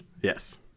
Yes